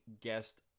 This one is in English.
guest